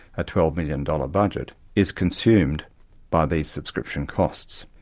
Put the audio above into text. a twelve million dollar budget, is consumed by these subscription costs.